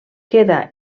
queda